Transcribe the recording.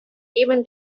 even